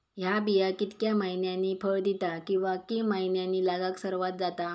हया बिया कितक्या मैन्यानी फळ दिता कीवा की मैन्यानी लागाक सर्वात जाता?